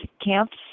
Camps